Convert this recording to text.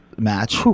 match